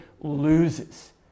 loses